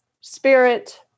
spirit